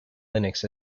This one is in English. linux